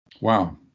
Wow